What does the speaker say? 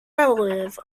relative